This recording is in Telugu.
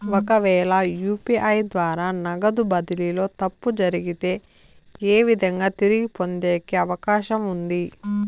ఒకవేల యు.పి.ఐ ద్వారా నగదు బదిలీలో తప్పు జరిగితే, ఏ విధంగా తిరిగి పొందేకి అవకాశం ఉంది?